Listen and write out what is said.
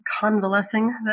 convalescing